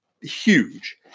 huge